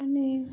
અને